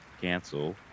cancel